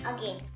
Again